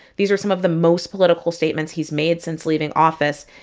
these are some of the most political statements he's made since leaving office.